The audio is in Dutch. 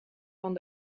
van